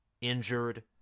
injured